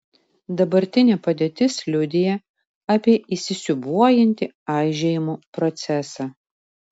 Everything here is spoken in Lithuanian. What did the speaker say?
dabartinė padėtis liudija apie įsisiūbuojantį aižėjimo procesą